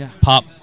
pop